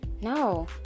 No